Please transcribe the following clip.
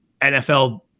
NFL